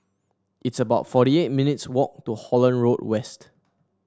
it's about forty eight minutes' walk to Holland Road West